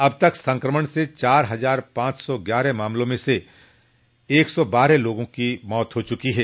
अब तक संक्रमण के चार हजार पांच सौ ग्यारह मामलों में से एक सौ बारह लोगों की मौत हो चुकी है